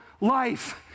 life